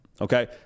Okay